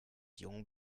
jung